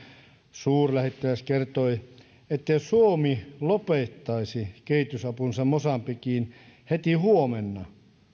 suurlähettiläs kertoi että jos suomi lopettaisi kehitysapunsa mosambikiin heti huomenna